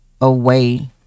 away